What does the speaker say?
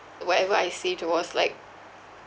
whatever I saved there was like